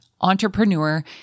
entrepreneur